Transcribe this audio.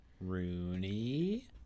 Rooney